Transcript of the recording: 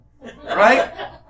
Right